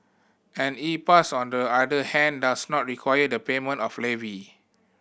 an E Pass on the other hand does not require the payment of levy